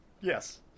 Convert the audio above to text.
Yes